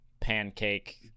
Pancake